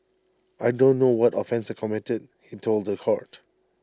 I don't know what offence I committed he told The Court